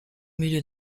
milieu